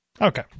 Okay